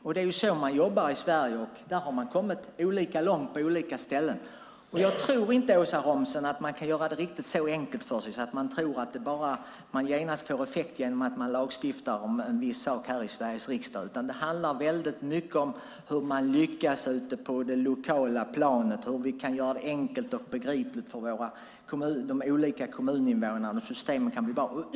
Det är så man jobbar i Sverige, och man har kommit olika långt på olika ställen. Jag tror inte, Åsa Romson, att man kan göra det riktigt så enkelt för sig att säga att man genast får effekt om vi lagstiftar om en viss sak i Sveriges riksdag. Det handlar väldigt mycket om hur man lyckas ute på det lokala planet, om vi kan göra det enkelt och begripligt för kommuninvånarna.